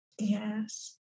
Yes